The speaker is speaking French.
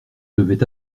devait